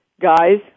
guys